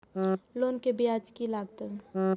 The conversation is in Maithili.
लोन के ब्याज की लागते?